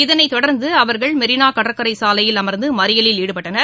இதனைத் தொடர்ந்து அவர்கள் மெரினா கடற்கரை சாலையில் அமர்ந்து மறியிலில் ஈடுபட்டனர்